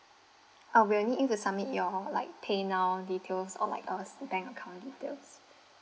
uh we'll need you to submit your like paynow details or like a bank account details